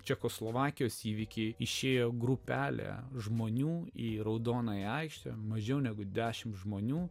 čekoslovakijos įvykiai išėjo grupelė žmonių į raudonąją aikštę mažiau negu dešimt žmonių